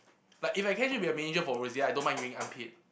like if I catch it it'll be a major for rose I don't mind getting unpaid